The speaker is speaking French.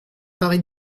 paraît